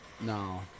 No